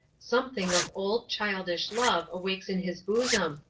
something of old, childish love awakes in his bosom,